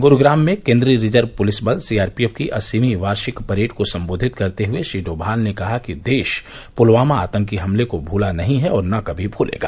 गुरुग्राम में केन्द्रीय reserve police बल सीआरपीएफ की अस्सवीं वार्षिक परेड को संबोधित करते हुए श्री डोमाल ने कहा कि देश पुलवामा आतंकी हमले को भुला नहीं और न ही कभी भूलेगा